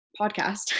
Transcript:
podcast